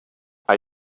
are